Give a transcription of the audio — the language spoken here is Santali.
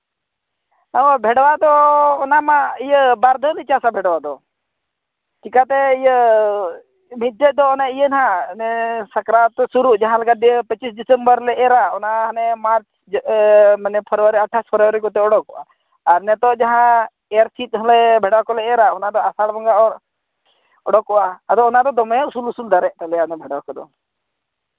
ᱚ ᱵᱷᱮᱰᱣᱟᱜ ᱫᱚ ᱚᱱᱟ ᱢᱟ ᱤᱭᱟᱹ ᱵᱟᱨ ᱫᱷᱟᱣ ᱞᱮ ᱪᱟᱥᱟ ᱵᱷᱮᱰᱣᱟᱣ ᱫᱚ ᱪᱮᱠᱟᱛᱮ ᱤᱭᱟᱹ ᱢᱤᱫᱴᱮᱡ ᱫᱚ ᱚᱱᱮ ᱤᱭᱟᱹ ᱱᱟᱜ ᱥᱟᱠᱨᱟᱛ ᱥᱩᱨᱩᱜ ᱡᱟᱦᱟᱸᱞᱮᱠᱟ ᱫᱤᱭᱮ ᱯᱚᱸᱪᱤᱥ ᱰᱤᱥᱮᱢᱵᱚᱨ ᱨᱮᱞᱮ ᱮᱨᱻ ᱟ ᱚᱱᱟ ᱦᱟᱱᱮ ᱢᱟᱨᱪ ᱢᱟᱱᱮ ᱯᱷᱮᱨᱣᱟᱨᱤ ᱟᱴᱷᱟᱥ ᱠᱚᱨᱮ ᱚᱰᱚᱠᱚᱜᱼᱟ ᱟᱨ ᱱᱤᱛᱳᱜ ᱡᱟᱦᱟᱸ ᱮᱨᱻ ᱥᱤᱫ ᱦᱚᱸᱞᱮ ᱵᱷᱮᱰᱟ ᱠᱚᱞᱮ ᱮᱨᱻ ᱟ ᱚᱱᱟ ᱫᱚ ᱟᱥᱟᱲ ᱵᱚᱸᱜᱟ ᱚᱰᱚᱠᱚᱜᱼᱟ ᱟᱫᱚ ᱚᱱᱟ ᱫᱚ ᱫᱚᱢᱮ ᱩᱥᱩᱞ ᱩᱥᱩᱞ ᱫᱟᱨᱮᱜ ᱛᱟᱞᱮᱭᱟ ᱚᱱᱟ ᱵᱷᱮᱰᱣᱟ ᱠᱚᱫᱚ